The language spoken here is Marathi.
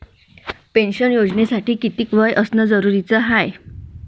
पेन्शन योजनेसाठी कितीक वय असनं जरुरीच हाय?